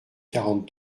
quarante